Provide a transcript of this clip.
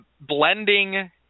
blending